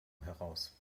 heraus